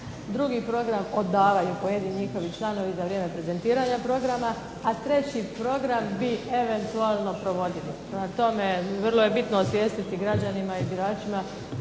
drugi program odavaju pojedini njihovi članovi za vrijeme prezentiranja programa, a treći program bi eventualno provodili. Prema tome, vrlo je bitno osvijestiti građanima i biračima